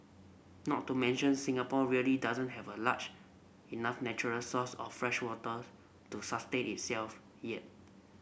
not to mention Singapore really doesn't have a large enough natural source of freshwaters to sustain itself yet